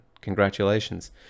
Congratulations